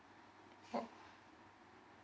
oh